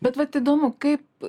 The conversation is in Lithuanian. bet vat įdomu kaip